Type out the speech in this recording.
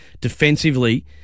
defensively